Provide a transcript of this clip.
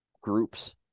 groups